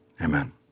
Amen